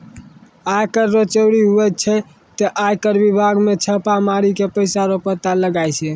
आय कर रो चोरी हुवै छै ते आय कर बिभाग मे छापा मारी के पैसा रो पता लगाय छै